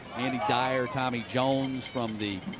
andy dyer, tommy jones from the